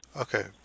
Okay